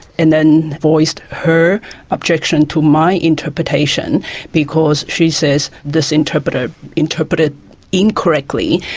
and then voiced her objection to my interpretation because she says this interpreter interpreted incorrectly.